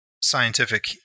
scientific